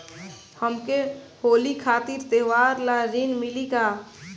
हमके होली खातिर त्योहार ला ऋण मिली का?